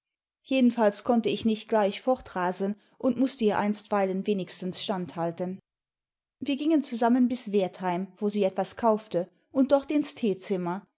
jedenfalls konnte ich nicht gleich fortrasen und mußte ihr einstweilen wenigstens stand halten wir gingen zusammen bis wertheim wo sie etwas kaufte und dort ins teezimmer